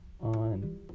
on